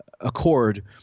accord